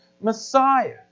Messiah